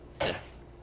yes